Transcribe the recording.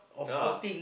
ya